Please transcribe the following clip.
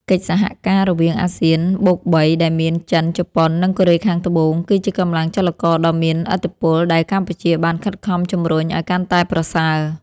កិច្ចសហការរវាងអាស៊ានបូកបី ដែលមានចិន ជប៉ុន និងកូរ៉េខាងត្បូង គឺជាកម្លាំងចលករដ៏មានឥទ្ធិពលដែលកម្ពុជាបានខិតខំជំរុញឱ្យកាន់តែប្រសើរ។